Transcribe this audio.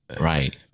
Right